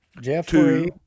Jeffrey